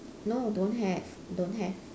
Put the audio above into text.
no don't have don't have